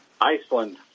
Iceland